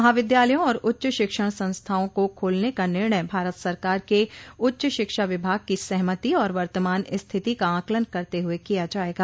महाविद्यालयों और उच्च शिक्षण संस्थाओं को खोलने का निर्णय भारत सरकार के उच्च शिक्षा विभाग की सहमति और वर्तमान स्थिति का आकलन करते हुए किया जायेगा